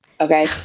okay